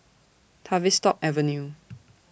Tavistock Avenue